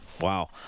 Wow